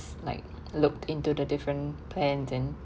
like looked into the different plans and